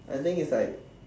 I think is like